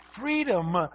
freedom